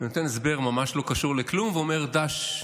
הוא נותן הסבר ממש לא קשור לכלום, ואומר: ד"ש,